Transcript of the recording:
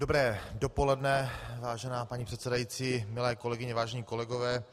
Dobré dopoledne, vážená paní předsedající, milé kolegyně, vážení kolegové.